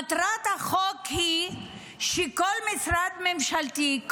מטרת החוק היא שכל משרד ממשלתי,